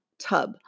tub